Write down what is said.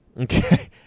okay